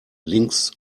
links